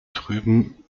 trüben